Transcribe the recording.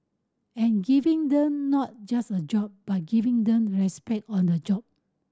and giving them not just a job but giving them respect on the job